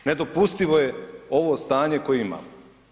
Nedopustivo je ovo stanje koje imamo.